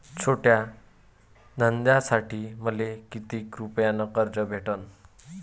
छोट्या धंद्यासाठी मले कितीक रुपयानं कर्ज भेटन?